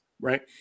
right